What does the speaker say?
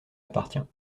appartient